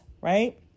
right